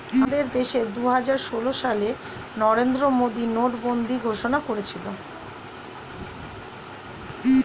আমাদের দেশে দুহাজার ষোল সালে নরেন্দ্র মোদী নোটবন্দি ঘোষণা করেছিল